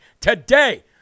today